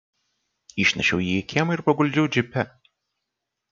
išnešiau jį į kiemą ir paguldžiau džipe